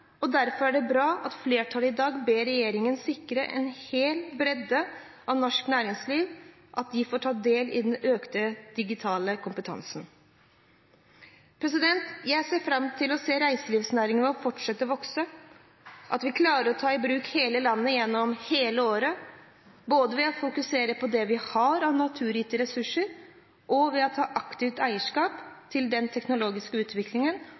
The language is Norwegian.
og derfor er det bra at flertallet i dag ber regjeringen sikre at hele bredden av norsk reiselivsnæring får ta del i den økte digitale kompetansen. Jeg ser fram til å se reiselivsnæringen vår fortsette å vokse, og til at vi klarer å ta i bruk hele landet gjennom hele året – både ved å fokusere på det vi har av naturgitte ressurser, og ved å ta aktivt eierskap til den teknologiske utviklingen